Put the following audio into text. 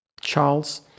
Charles